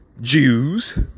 Jews